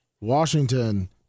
Washington